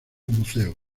buceo